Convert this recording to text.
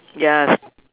yes